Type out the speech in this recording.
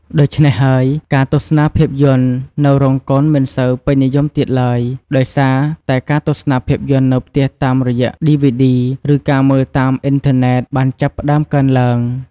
ដូច្នេះហើយ ការទស្សនាភាពយន្តនៅរោងកុនមិនសូវពេញនិយមទៀតឡើយ ដោយសារតែការទស្សនាភាពយន្តនៅផ្ទះតាមរយៈឌីវីឌី ឬការមើលតាមអ៊ីនធឺណេតបានចាប់ផ្ដើមកើនឡើង។